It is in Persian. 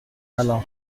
الان